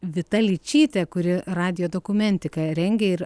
vita ličytė kuri radijo dokumentika rengia ir